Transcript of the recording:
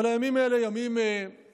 אבל הימים האלה הם ימים הזויים,